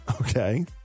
Okay